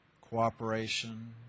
cooperation